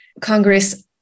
Congress